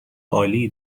عالی